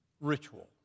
ritual